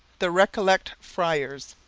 the recollet friars